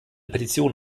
petition